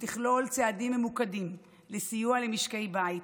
שתכלול צעדים ממוקדים לסיוע למשקי בית,